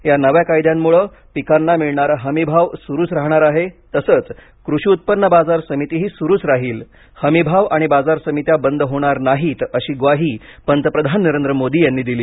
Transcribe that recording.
या नव्या कायद्यांमुळे पिकांना मिळणारा हमीभाव सुरूच राहणार आहे तसंच कृषी उत्पन्न बाजार समितीही सुरूच राहील हमी भाव आणि बाजार समित्या बंद होणार नाहीत अशी ग्वाही पंतप्रधान नरेंद्र मोदी यांनी दिली